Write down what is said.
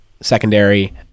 secondary